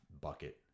bucket